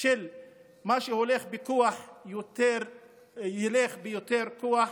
של מה שהולך בכוח ילך ביותר כוח,